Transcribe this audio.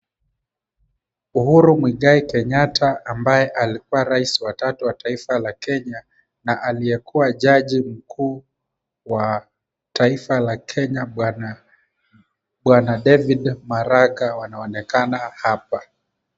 Uhuru Muigai Kenyatta, ambaye alikuwa rais wa tatu wa taifa la Kenya na aliyekuwa jaji mkuu wa taifa la Kenya bwana David Maraga wanaonekana hapa.